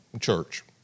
church